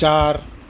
ચાર